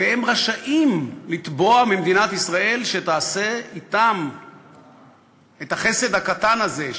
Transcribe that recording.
והם רשאים לתבוע ממדינת ישראל שתעשה אתם את החסד הקטן הזה,